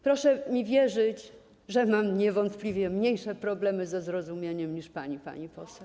Proszę mi wierzyć, że mam niewątpliwie mniejsze problemy ze zrozumieniem niż pani, pani poseł.